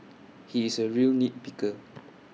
he is A real nit picker